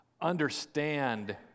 understand